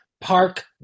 park